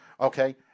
okay